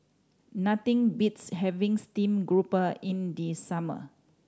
nothing beats having steamed grouper in the summer